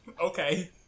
okay